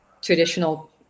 traditional